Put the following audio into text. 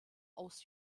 aus